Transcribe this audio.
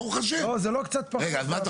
לא זה לא קצת פחות זה הפוך.